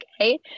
okay